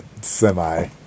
semi